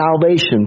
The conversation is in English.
salvation